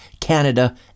Canada